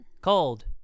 Cold